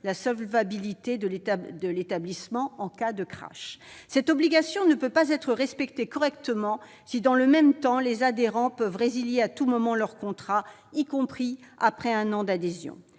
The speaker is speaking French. la solvabilité de l'établissement en cas de krach. Cette obligation ne peut pas être correctement respectée si, dans le même temps, les adhérents peuvent résilier à tout moment leur contrat, y compris après un an d'adhésion.